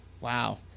wow